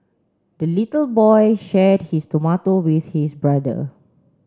the little boy shared his tomato with his brother